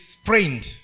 sprained